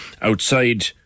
outside